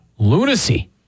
Lunacy